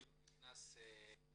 אני לא נכנס לקוצ'ינים,